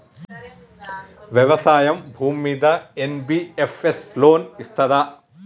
వ్యవసాయం భూమ్మీద NBFS loan ఇస్తదా?